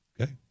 Okay